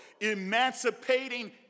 emancipating